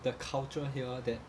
the culture here that